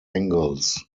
angles